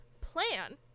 plan